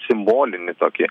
simbolinį tokį